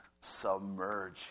submerge